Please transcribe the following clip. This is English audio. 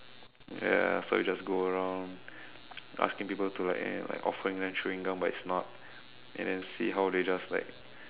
ya so I just go around asking people to like eh like offering them chewing gum but it's not and then see how they just like